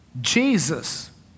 Jesus